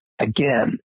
again